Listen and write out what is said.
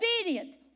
obedient